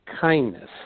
kindness